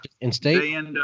in-state